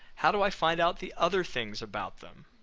how do i find out the other things about them?